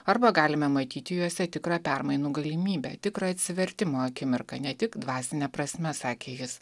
arba galime matyti juose tikrą permainų galimybę tikrą atsivertimo akimirką ne tik dvasine prasme sakė jis